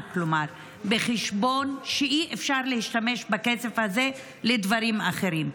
בחשבון שאי-אפשר להשתמש בכסף הזה לדברים אחרים.